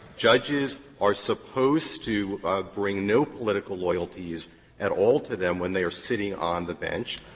judges are supposed to bring no political loyalties at all to them when they are sitting on the bench.